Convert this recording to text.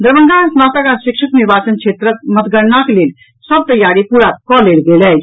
दरभंगा स्नातक आ शिक्षक निर्वाचन क्षेत्रक मतगणनाक लेल सभ तैयारी पूरा कऽ लेल गेल अछि